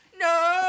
No